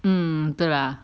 mm 对啦